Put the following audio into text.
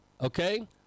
Okay